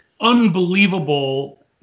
unbelievable